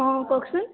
অঁ কওকচোন